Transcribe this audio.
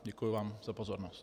Děkuji vám za pozornost.